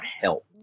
help